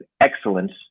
excellence